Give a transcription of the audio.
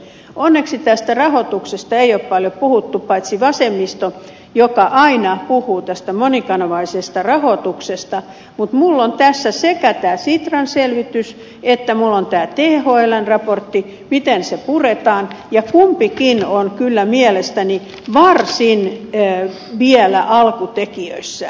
onneksi tästä rahoituksesta ei ole paljon puhuttu paitsi vasemmisto joka aina puhuu tästä monikanavaisesta rahoituksesta mutta minulla on tässä sekä tämä sitran selvitys että tämä thln raportti siitä miten se puretaan ja kumpikin on kyllä mielestäni vielä varsin alkutekijöissään